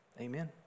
Amen